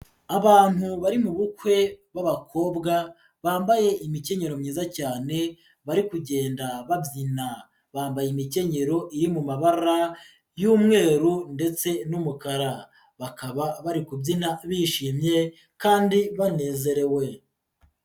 Abantu bari mu mubu bukwe b'abakobwa bambaye imikenyero myiza cyane bari kugenda babyina, bambaye imikenyero iri mu mabara y'umweru ndetse n'umukara, bakaba bari kubyina bishimye kandi banezerewe.